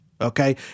Okay